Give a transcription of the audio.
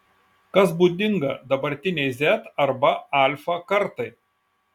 kas būdinga dabartinei z arba alfa kartai